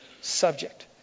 subject